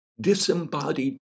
disembodied